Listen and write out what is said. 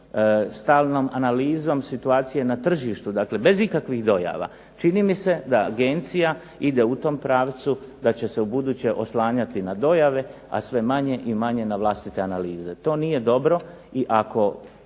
stalnom analizom situacije na tržištu, dakle bez ikakvih dojava. Čini mi se da agencija ide u tom pravcu da će se ubuduće oslanjati na dojave, a sve manje i manje na vlastite analize, to nije dobro i ako